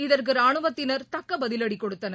இதற்குரானுவத்தினர் தக்கபதிவடிகொடுத்தனர்